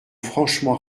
franchement